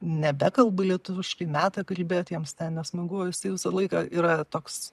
nebekalba lietuviškai meta kalbėt jiems ten nesmagu o jisai visą laiką yra toks